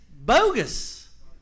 bogus